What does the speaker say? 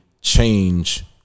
change